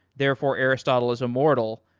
therefore, aristotle is a mortal.